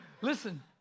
Listen